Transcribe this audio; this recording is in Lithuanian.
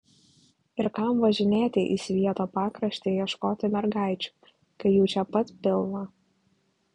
ir kam važinėti į svieto pakraštį ieškoti mergaičių kai jų čia pat pilna